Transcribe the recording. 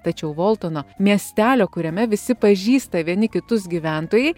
tačiau voltono miestelio kuriame visi pažįsta vieni kitus gyventojai